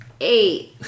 Eight